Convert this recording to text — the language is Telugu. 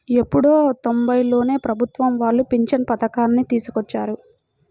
ఎప్పుడో తొంబైలలోనే ప్రభుత్వం వాళ్ళు పింఛను పథకాన్ని తీసుకొచ్చారు